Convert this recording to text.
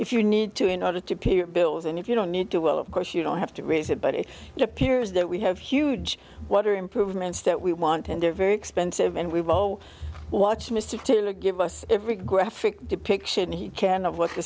if you need to in order to appear bills and if you don't need to well of course you don't have to raise it but it appears that we have huge what are improvements that we want and they're very expensive and we've all watched mr tuna give us every graphic depiction he can of what the